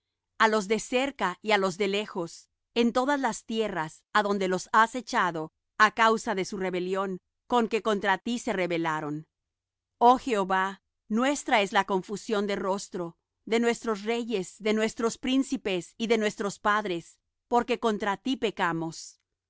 á los de cerca y á los de lejos en todas las tierras á donde los has echado á causa de su rebelión con que contra ti se rebelaron oh jehová nuestra es la confusión de rostro de nuestros reyes de nuestros príncipes y de nuestros padres porque contra ti pecamos